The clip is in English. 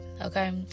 okay